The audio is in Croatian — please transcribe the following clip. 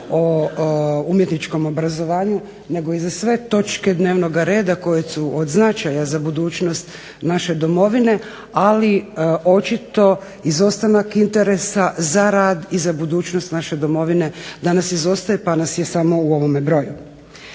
o umjetničkom obrazovanju, nego i za sve točke dnevnoga reda koje su od značaja za budućnost naše domovine, ali očito izostanak interesa za rad i za budućnost naše domovine danas izostaje, pa nas je samo u ovome broju.